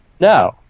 No